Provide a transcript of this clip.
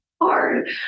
hard